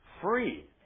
free